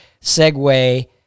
segue